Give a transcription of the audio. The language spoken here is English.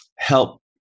help